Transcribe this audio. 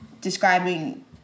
describing